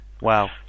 Wow